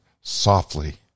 softly